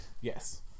yes